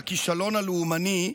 לכישלון הלאומני,